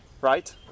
Right